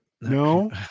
No